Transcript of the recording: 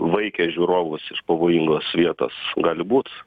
vaikė žiūrovus iš pavojingos vietos gali būt